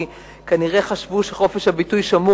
כי הם כנראה חשבו שחופש הביטוי שמור